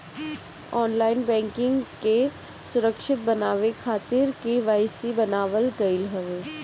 online banking के सुरक्षित बनावे खातिर के.वाई.सी बनावल गईल हवे